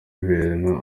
ibintu